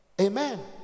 amen